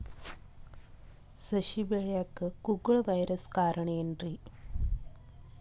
ಸಸಿ ಬೆಳೆಯಾಕ ಕುಗ್ಗಳ ವೈರಸ್ ಕಾರಣ ಏನ್ರಿ?